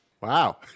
Wow